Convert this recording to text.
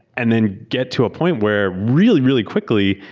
and then, get to a point where really, really quickly,